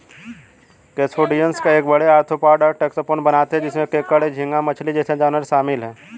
crustaceans एक बड़े, arthropod taxon बनाते हैं जिसमें केकड़े, झींगा मछली जैसे जानवर शामिल हैं